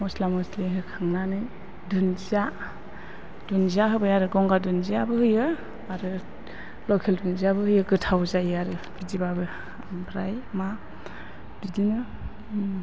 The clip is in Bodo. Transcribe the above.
मस्ला मस्लि होखांनानै दुन्दिया होबाय आरो गंगार दुन्दियाबो होयो आरो लकेल दुन्दियाबो होयो गोथाव जायो आरो बिदिबाबो ओमफ्राय मा बिदिनो